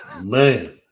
Man